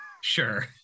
Sure